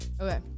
Okay